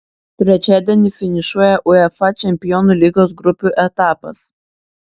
trečiadienį finišuoja uefa čempionų lygos grupių etapas